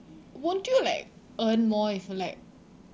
won't you like earn more if you like